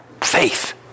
faith